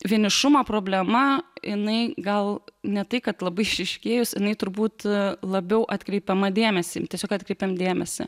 vienišumo problema jinai gal ne tai kad labai išryškėjus jinai turbūt labiau atkreipiama dėmesį tiesiog atkreipiam dėmesį